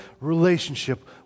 relationship